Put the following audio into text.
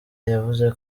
yavuze